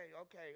okay